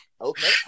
Okay